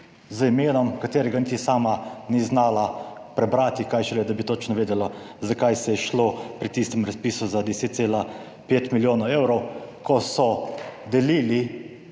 z imenom katerega niti sama ni znala prebrati, kaj šele, da bi točno vedela za kaj se je šlo pri tistem razpisu za 10,5 milijonov evrov, ko so delili